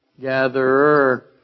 Gatherer